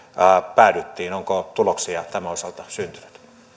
päädyttiin onko tuloksia tämän osalta syntynyt